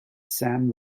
sam